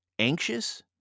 Anxious